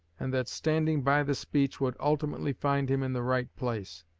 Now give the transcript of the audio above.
and that standing by the speech would ultimately find him in the right place.